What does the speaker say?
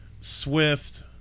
Swift